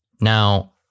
Now